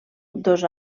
dos